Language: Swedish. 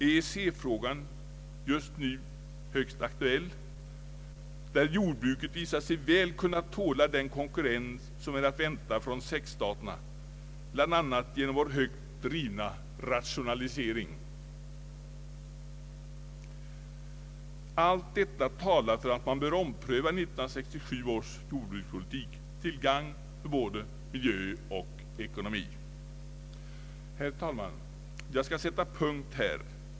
EEC-frågan, just nu högst aktuell. Jordbruket har visat sig väl kunna tåla den konkurrens som är att vänta från sexstaterna, bl.a. genom vår högt drivna rationalisering. Allt detta talar för att man bör ompröva 1967 års jordbrukspolitik till gagn för både miljö och ekonomi. Herr talman! Jag skall sätta punkt här.